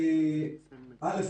א',